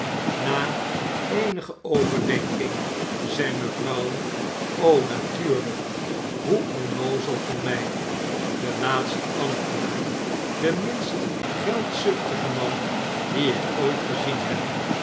na eenige overdenking zei mevrouw natuur hoe onnoozel van my de laatste ambtenaar de minst geldzuchtige man dien ik ooit gezien heb